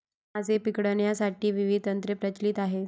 मासे पकडण्यासाठी विविध तंत्रे प्रचलित आहेत